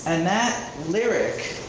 and that lyric